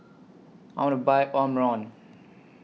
I want to Buy Omron